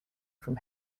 from